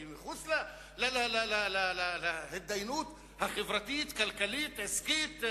מחוץ להתדיינות החברתית, כלכלית, עסקית?